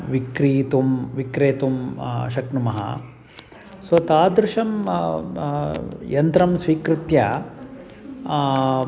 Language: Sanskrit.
विक्रेतुं विक्रेतुं शक्नुमः सो तादृशं यन्त्रं स्वीकृत्य